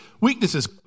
weaknesses